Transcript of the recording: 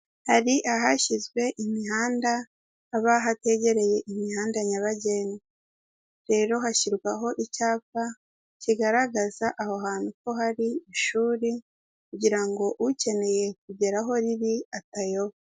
Hari ahashyizwe imihanda haba hategereye imihanda nyabagendwa, rero hashyirwaho icyapa kigaragaza aho hantu ko hari ishuri kugira ngo ukeneye kugera aho riri atayoba.